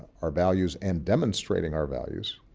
our values and demonstrating our values,